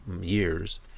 years